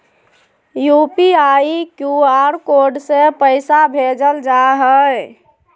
UPI, QR code से पैसा भेजल जा हइ